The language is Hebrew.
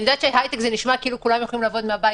אני יודעת שהייטק נשמע כאילו כולם יכולים לעבוד מהבית,